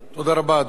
תודה רבה, אדוני.